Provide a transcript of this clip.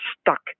stuck